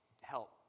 Help